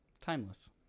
timeless